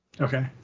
okay